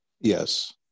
Yes